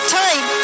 time